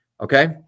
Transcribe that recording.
okay